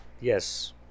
Yes